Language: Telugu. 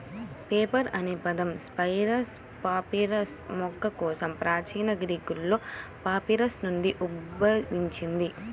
పేపర్ అనే పదం సైపరస్ పాపిరస్ మొక్క కోసం ప్రాచీన గ్రీకులో పాపిరస్ నుండి ఉద్భవించింది